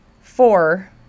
four